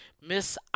Miss